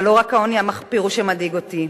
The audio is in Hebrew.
אבל לא רק העוני המחפיר הוא שמדאיג אותי,